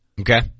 Okay